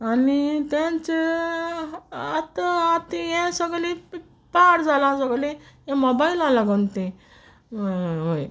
आनी तेंच आहा आतां आत यें सोगलें प् पाड जालां सोगलें ये मॉबायला लागोन तें वय